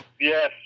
Yes